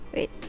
Wait